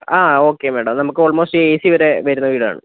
ആ okay madam അത് നമുക്ക് ഓള്മോസ്റ്റ് എ സി വരെ വരുന്ന വീടാണ്